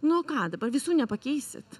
nu o ką dabar visų nepakeisit